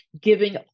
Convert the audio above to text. giving